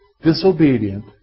disobedient